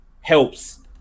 helps